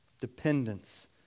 Dependence